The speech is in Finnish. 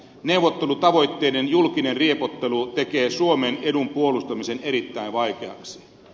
neuvottelutavoitteiden julkinen riepottelu tekee suomen edun puolustamisen erittäin vaikeaksi